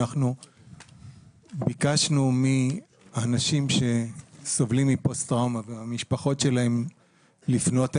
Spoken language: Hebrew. אנחנו ביקשנו מהאנשים שסובלים מפוסט-טראומה ומהמשפחות שלהם לפנות אלינו.